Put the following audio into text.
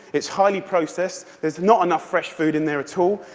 it's highly processed, there's not enough fresh food in there at all.